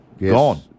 gone